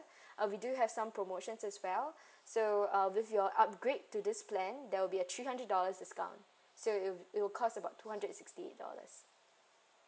uh we do have some promotion as well so uh with your upgrade to this plan there will be a three hundred dollars discount so it'll it'll cost about two hundred sixty